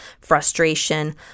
frustration